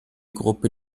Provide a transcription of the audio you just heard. gruppe